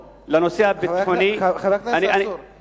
חבר הכנסת צרצור,